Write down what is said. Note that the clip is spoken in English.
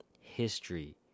history